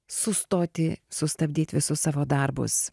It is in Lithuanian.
sustoti sustabdyt visus savo darbus